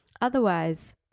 otherwise